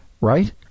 right